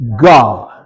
God